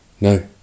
No